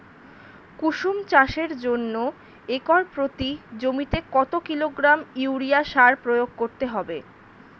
কুসুম চাষের জন্য একর প্রতি জমিতে কত কিলোগ্রাম ইউরিয়া সার প্রয়োগ করতে হবে?